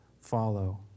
follow